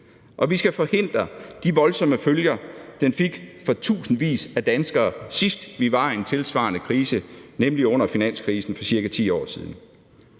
og vi skal forhindre de voldsomme følger, det fik for tusindvis af danskere, sidst vi var i en tilsvarende krise, nemlig under finanskrisen for ca. 10 år siden.